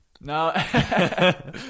no